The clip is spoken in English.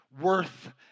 worth